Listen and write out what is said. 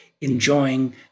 enjoying